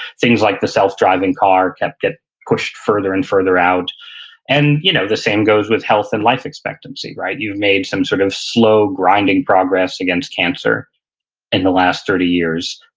things like the self-driving car kept getting pushed further and further out and, you know the same goes with health and life expectancy. you've made some sort of slow grinding progress against cancer in the last thirty years,